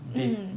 mm